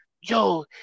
yo